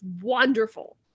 wonderful